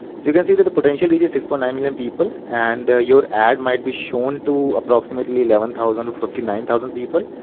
so you can see that the potential reach is six point nine million people. and your ad might be shown to approximately eleven thousand fifty nine thousand people.